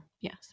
yes